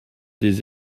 des